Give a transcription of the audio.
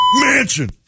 mansion